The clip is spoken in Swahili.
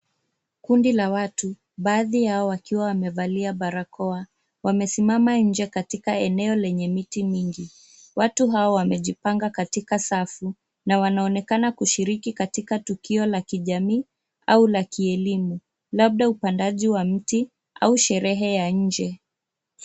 Kundi la watu, baadhi yao wakiwa wamevalia barakoa, wamesimama nje katika eneo lenye miti mingi. Watu hao wamejipanga katika safu na wanaonekana kushiriki katika tukio la kijamii au la kielimu, labda upandaji wa miti au sherehe ya nje.